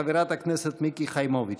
חברת הכנסת מיקי חיימוביץ'.